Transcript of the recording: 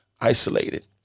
isolated